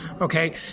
okay